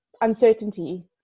uncertainty